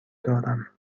دارم